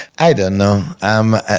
i don't know. i'm,